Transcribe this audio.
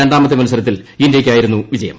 രണ്ടാമത്തെ മത്സരത്തിൽ ഇന്ത്യയ്ക്കായിരുന്നു വിജയം